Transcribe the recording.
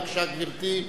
בבקשה, גברתי.